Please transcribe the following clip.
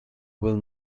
will